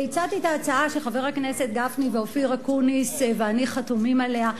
והצעתי את ההצעה שחברי הכנסת גפני ואופיר אקוניס ואני חתומים עליה,